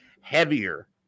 heavier